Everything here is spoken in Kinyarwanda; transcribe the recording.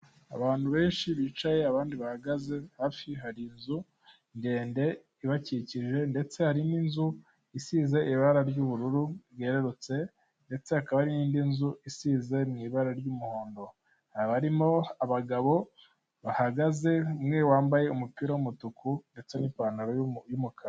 Abantu benshi bicaye abandi bahagaze hafi hari inzu ndende ibakikije ndetse hari n'inzu isize ibara ry'ubururu bwerurutse ndetse hakaba n'indi nzu isize mu ibara ry'umuhondo, hakabamo abagabo bahagaze umwe wambaye umupira w'umutuku ndetse n'ipantaro y'umukara.